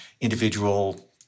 individual